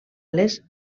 les